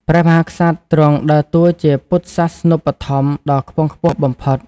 ព្រះមហាក្សត្រទ្រង់ដើរតួជាពុទ្ធសាសនូបត្ថម្ភក៍ដ៏ខ្ពង់ខ្ពស់បំផុត។